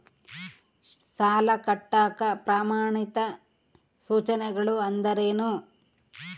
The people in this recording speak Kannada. ಸಾಲ ಕಟ್ಟಾಕ ಪ್ರಮಾಣಿತ ಸೂಚನೆಗಳು ಅಂದರೇನು?